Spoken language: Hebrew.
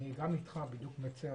גם אני כמוך מצר.